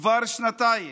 כבר שנתיים,